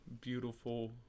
Beautiful